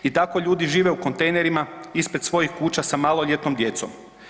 I tako ljudi žive u kontejnerima ispred svojih kuća sa maloljetnom djecom.